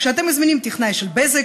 כשאתם מזמינים טכנאי של בזק,